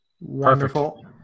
Wonderful